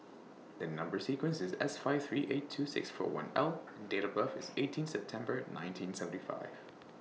and Number sequence IS S five three eight two six four one L and Date of birth IS eighteen September nineteen seventy five